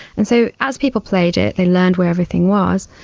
and so as people played it they learned where everything was,